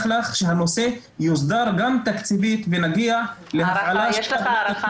לך שהנושא יוסדר גם תקציבי ונגיע --- יש לך הערכה